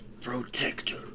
protector